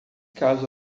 caso